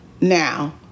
now